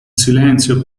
silenzio